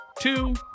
two